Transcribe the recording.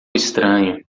estranho